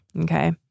Okay